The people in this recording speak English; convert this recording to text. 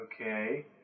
Okay